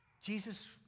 Jesus